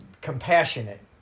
compassionate